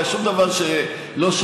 אתה יודע,